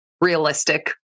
realistic